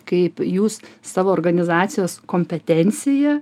kaip jūs savo organizacijos kompetencija